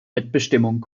mitbestimmung